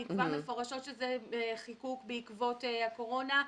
נקבע מפורשות שזה חיקוק בעקבות הקורונה.